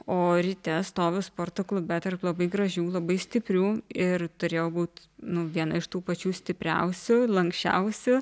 o ryte stoviu sporto klube tarp labai gražių labai stiprių ir turėjau būt nu viena iš tų pačių stipriausių lanksčiausių